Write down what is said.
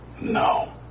No